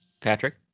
Patrick